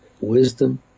wisdom